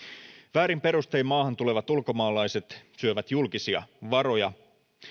väärin perustein maahan tulevat ulkomaalaiset syövät julkisia varoja